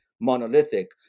monolithic